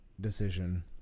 decision